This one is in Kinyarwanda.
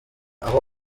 aho